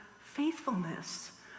faithfulness